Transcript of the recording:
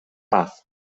paz